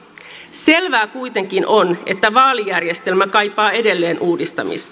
selvää kuitenkin on että vaalijärjestelmä kaipaa edelleen uudistamista